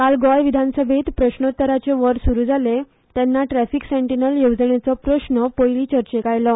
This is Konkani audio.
काल गोंय विधानसभेंत प्रस्नोत्तराचें वर सुरु जाले तेन्ना ट्रॅफिक सेंटीनल येवजणेचो प्रस्न पयली चर्चेक आयलो